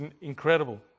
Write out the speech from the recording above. incredible